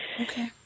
Okay